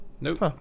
Nope